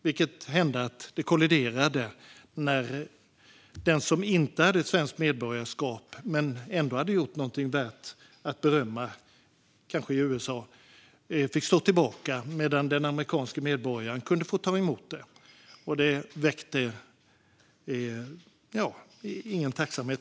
Det hände därför att det kolliderade när den som hade svenskt medborgarskap och hade gjort något värt att berömma, kanske i USA, fick stå tillbaka medan den amerikanske medborgaren kunde få ta emot belöningen. Detta väckte inte precis någon tacksamhet.